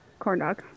Corndog